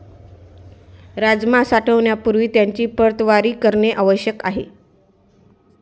राजमा साठवण्यापूर्वी त्याची प्रतवारी करणे आवश्यक आहे